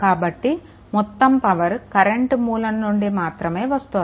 కాబట్టి మొత్తం power current మూలం నుండి మాత్రమే వస్తుంది